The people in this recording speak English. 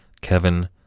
Kevin